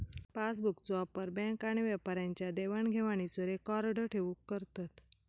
पासबुकचो वापर बॅन्क आणि व्यापाऱ्यांच्या देवाण घेवाणीचो रेकॉर्ड ठेऊक करतत